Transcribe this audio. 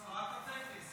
שרת הטקס.